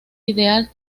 ideal